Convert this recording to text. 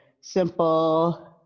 simple